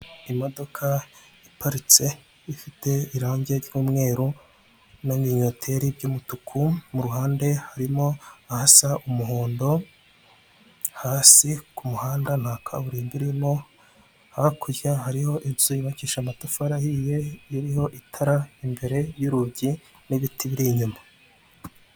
Imodoka iparitse ifite irangi ryvumweru n'ibinyoteri by'umutuku mu ruhande harimo ahasa umuhondo, hasi kumuhanda wa kaburimbo irimo, hakurya hariho inzu yubakisha amatafari ahiye, iriho itara imbere y'urugi, n'ibiti biri inyuma.